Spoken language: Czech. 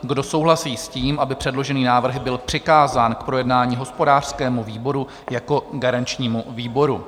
Kdo souhlasí s tím, aby předložený návrh byl přikázán k projednání hospodářskému výboru jako garančnímu výboru?